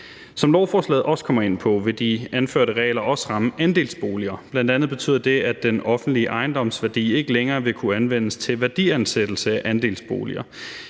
Som lovforslaget også kommer ind på, vil de anførte regler også ramme andelsboliger. Bl.a. betyder det, at den offentlige ejendomsværdi ikke længere vil kunne anvendes til værdiansættelse af andelsboliger.